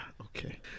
Okay